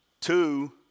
Two